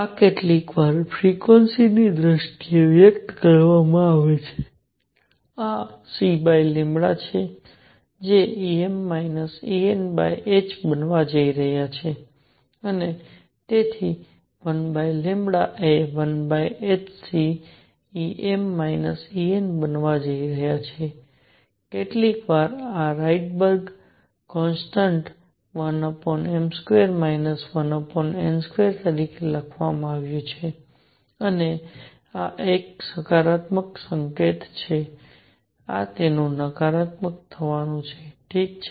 આ કેટલીક વાર ફ્રિક્વન્સીની દ્રષ્ટિએ વ્યક્ત કરવામાં આવે છે આ cλ છે જે Em Enh બનવા જઈ રહ્યા છે અને તેથી 1λ એ 1hc બનવા જઈ રહ્યા છે કેટલીક વાર આ રાયડબર્ગ કોન્સ્ટન્ટ 1m2 1n2 તરીકે લખવામાં આવ્યું છે અને આ એક સકારાત્મક સંકેત છે આ રીતે નકારાત્મક થવાનું છે ઠીક છે